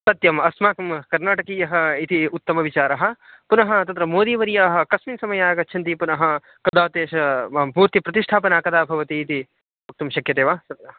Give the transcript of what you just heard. सत्यम् अस्माकं कर्नाटकीयः इति उत्तमविचारः पुनः तत्र मोदीवर्याः कस्मिन् समये आगच्छन्ति पुनः कदा तेषां पूर्तिप्रतिष्ठापना कदा भवतीति वक्तुं शक्यते वा